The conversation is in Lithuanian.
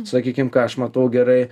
sakykim ką aš matau gerai